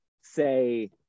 say